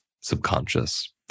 subconscious